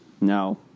no